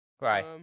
Right